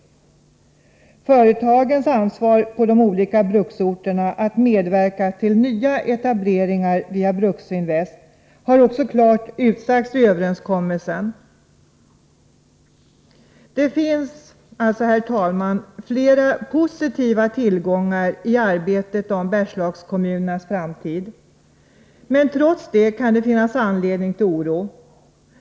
Företagens ansvar på de olika bruksorterna att medverka till nya etableringar via Bruksinvest har också klart utsagts i överenskommelsen. Det finns alltså, herr talman, flera positiva tillgångar i arbetet om Bergslagskommunernas framtid, men trots det kan det finnas anledning till oro.